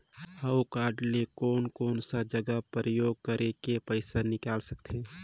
हव कारड ले कोन कोन सा जगह उपयोग करेके पइसा निकाल सकथे?